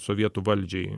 sovietų valdžiai